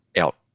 out